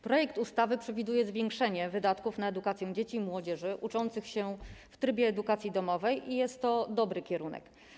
Projekt ustawy przewiduje zwiększenie wydatków na edukację dzieci i młodzieży uczących się w trybie edukacji domowej i jest to dobry kierunek.